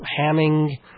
hamming